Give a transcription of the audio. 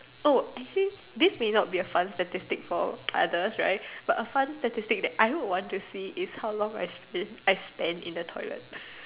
oh I think this may not be a fun statistics for others right but a fun statistic that I would want to see is how long I spen~ I spent in the toilet